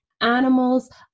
animals